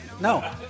No